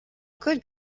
good